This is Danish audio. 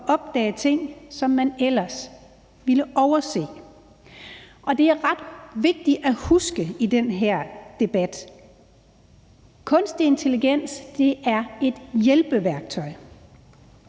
og opdage ting, som man ellers ville overse. Det er ret vigtigt at huske i den her debat, at kunstig intelligens er et hjælpeværktøj.